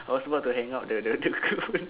I was about to hang up the the the equipment